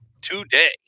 today